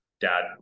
dad